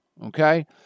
Okay